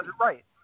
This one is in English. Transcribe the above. right